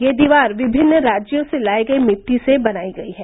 ये दीवार विभिन्न राज्यों से लाई गई मिट्टी से बनाई गई है